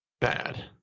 bad